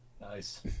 Nice